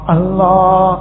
Allah